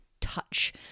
touch